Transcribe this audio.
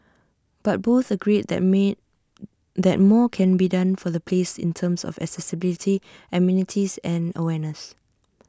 but both agreed that made that more can be done for the place in terms of accessibility amenities and awareness